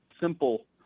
simple